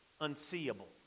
unseeable